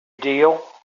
deal